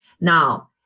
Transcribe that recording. Now